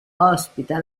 ospita